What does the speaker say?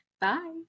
bye